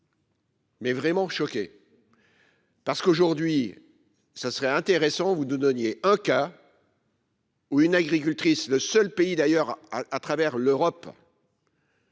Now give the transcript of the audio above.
Mais vraiment choqué. Parce qu'aujourd'hui, ça serait intéressant. Vous nous donniez un cas. Une agricultrice. Le seul pays d'ailleurs à à travers l'Europe.